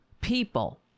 people